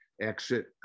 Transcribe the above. exit